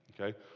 Okay